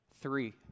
Three